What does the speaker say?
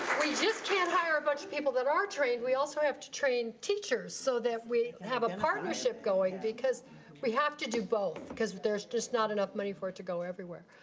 we just can't hire a bunch of people that are trained. we also have to train teachers so that we have a partnership going, because we have to do both, because there's just not enough money for it to go everywhere.